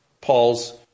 Paul's